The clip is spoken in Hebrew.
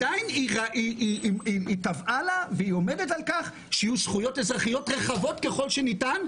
היא עומדת על כך שיהיו זכויות אזרחיות רחבות ככל שניתן,